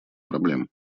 проблем